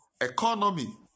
economy